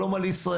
שלום על ישראל.